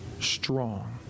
strong